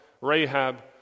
Rahab